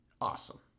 awesome